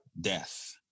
death